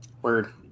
word